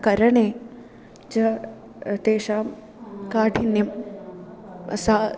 करणे च तेषां काठिन्यं सा